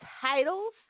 titles